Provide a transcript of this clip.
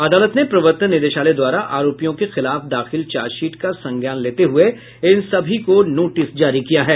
अदालत ने प्रवर्तन निदेशालय द्वारा आरोपियों के खिलाफ दाखिल चार्जशीट का संज्ञान लेते हुए इन सभी को नोटिस जारी किया है